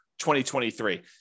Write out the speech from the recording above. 2023